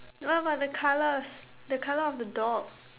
uh but the colours the colour of the dog